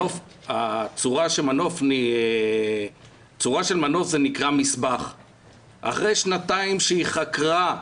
הצורה של מנוף זה נקרא --- אחרי שנתיים שהיא חקרה,